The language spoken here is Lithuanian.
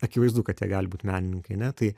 akivaizdu kad jie gali būt menininkai ne tai